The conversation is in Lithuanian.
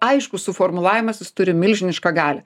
aiškus suformulavimas jis turi milžinišką galią